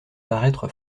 paraître